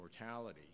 mortality